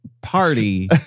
party